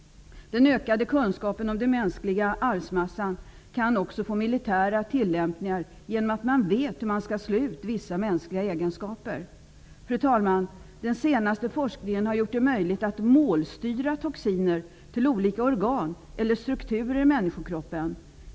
Den ökade kunskapen om den mänskliga arvsmassan kan också få militära tillämpningar genom att man vet hur man skall slå ut vissa mänskliga egenskaper. Fru talman! Den senaste forskningen har gjort det möjligt att ''målstyra'' toxiner till olika organ eller strukturer i människokroppen.